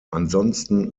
ansonsten